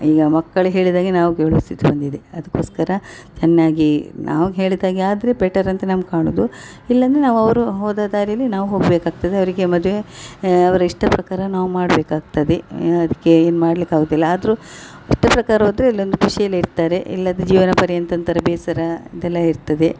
ಈಗ ಮಕ್ಕಳೆ ಹೇಳಿದ ಹಾಗೆ ನಾವು ಕೇಳುವ ಸ್ಥಿತಿ ಬಂದಿದೆ ಅದ್ಕೊಸ್ಕರ ಚೆನ್ನಾಗಿ ನಾವು ಹೇಳಿದ ಹಾಗೆ ಆದರೆ ಬೆಟರ್ ಅಂತ ನಮ್ಗೆ ಕಾಣುದು ಇಲ್ಲಾಂದರೆ ನಾವು ಅವರು ಹೋದ ದಾರಿಯಲ್ಲಿ ನಾವು ಹೋಗಬೇಕಾಗ್ತದೆ ಅವರಿಗೆ ಮದುವೆ ಅವರ ಇಷ್ಟ ಪ್ರಕಾರ ನಾವು ಮಾಡಬೇಕಾಗ್ತದೆ ಯಾ ಅದಕ್ಕೆ ಏನು ಮಾಡ್ಲಿಕ್ಕೆ ಆಗುದಿಲ್ಲ ಆದರು ಇಷ್ಟ ಪ್ರಕಾರ ಹೋದ್ರೆ ಅಲ್ಲೊಂದು ಖುಷಿಯಲ್ಲೆ ಇರ್ತಾರೆ ಇಲ್ಲಾದರೆ ಜೀವನ ಪರ್ಯಂತ ಬೇಸರ ಅದೆಲ್ಲ ಇರ್ತದೆ